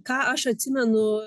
ką aš atsimenu